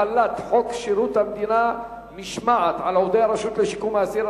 (החלת חוק שירות המדינה (משמעת) על עובדי הרשות לשיקום האסיר),